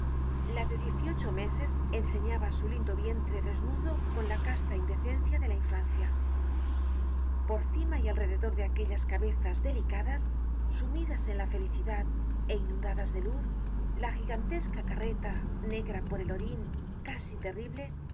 la de diez y ocho meses enseñaba su lindo vientre desnudo con la casta indecencia de la infancia por cima y alrededor de aquellas cabe zas delicadas sumidas en la felicidad é inundadas de luz la gigantesca carreta negra por el orin casi terrible